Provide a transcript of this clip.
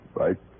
right